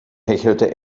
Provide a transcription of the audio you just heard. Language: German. hechelte